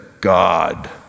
God